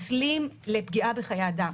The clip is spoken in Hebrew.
מסלים לפגיעה בחיי אדם.